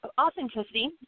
authenticity